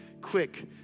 Quick